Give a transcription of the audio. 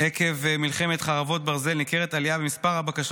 עקב מלחמת חרבות ברזל ניכרת עלייה במספר הבקשות